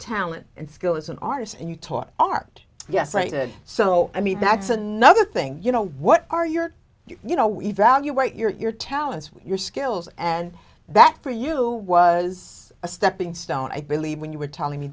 talent and skill as an artist and you taught art yes i said so i mean that's another thing you know what are your you know we evaluate your talents your skills and that for you was a stepping stone i believe when you were telling me